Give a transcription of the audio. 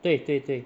对对对